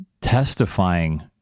testifying